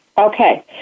Okay